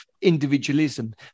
individualism